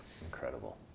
Incredible